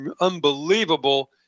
unbelievable